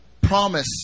promise